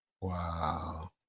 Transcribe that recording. Wow